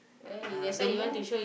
uh the more